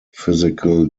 physical